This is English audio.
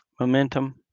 momentum